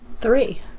Three